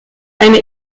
eine